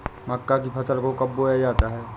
मक्का की फसल को कब बोया जाता है?